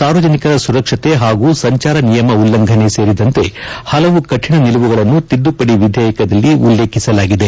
ಸಾರ್ವಜನಿಕರ ಸುರಕ್ಷತೆ ಹಾಗೂ ಸಂಚಾರ ನಿಯಮ ಉಲ್ಲಂಘನೆ ಸೇರಿದಂತೆ ಹಲವು ಕಠಿಣ ನಿಲುವುಗಳನ್ನು ತಿದ್ದುಪಡಿ ವಿಧೇಯಕದಲ್ಲಿ ಉಲ್ಲೇಖಿಸಲಾಗಿದೆ